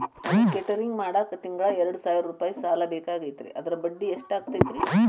ನನಗ ಕೇಟರಿಂಗ್ ಮಾಡಾಕ್ ತಿಂಗಳಾ ಎರಡು ಸಾವಿರ ರೂಪಾಯಿ ಸಾಲ ಬೇಕಾಗೈತರಿ ಅದರ ಬಡ್ಡಿ ಎಷ್ಟ ಆಗತೈತ್ರಿ?